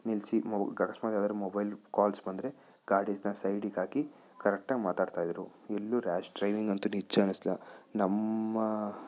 ನಿಲ್ಲಿಸಿ ಅಕಸ್ಮಾತ್ ಯಾವ್ದಾದ್ರೂ ಮೊಬೈಲ್ ಕಾಲ್ಸ್ ಬಂದರೆ ಗಾಡಿನ ಸೈಡಿಗೆ ಹಾಕಿ ಕರೆಕ್ಟಾಗಿ ಮಾತಾಡ್ತಾಯಿದ್ರು ಎಲ್ಲೂ ರ್ಯಾಶ್ ಡ್ರೈವಿಂಗ್ ಅಂತ ನಿಜ ಅನ್ಸ್ಲ ನಮ್ಮ